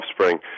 offspring